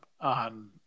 on